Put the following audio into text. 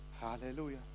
Hallelujah